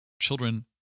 children